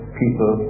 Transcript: people